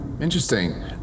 interesting